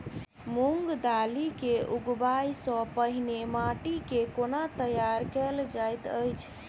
मूंग दालि केँ उगबाई सँ पहिने माटि केँ कोना तैयार कैल जाइत अछि?